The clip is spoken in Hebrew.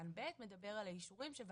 אלא שאמרנו שצריך בכל זאת לתת לדברים